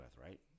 right